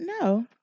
no